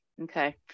Okay